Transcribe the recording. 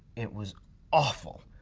it was awful.